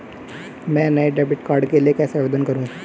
मैं नए debit card के लिए कैसे आवेदन करूं?